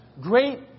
great